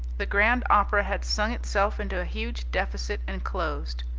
the grand opera had sung itself into a huge deficit and closed.